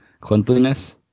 cleanliness